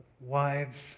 wives